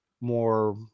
more